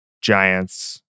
Giants